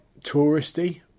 touristy